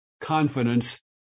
confidence